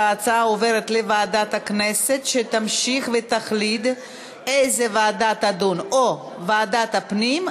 ההצעה עוברת לוועדת הכנסת שתמשיך ותחליט איזו ועדה תדון או ועדת הפנים,